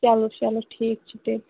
چلو چلو ٹھیٖک چھُ تیٚلہِ